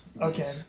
Okay